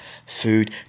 Food